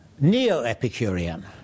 Neo-Epicurean